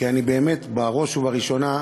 כי אני באמת, בראש ובראשונה,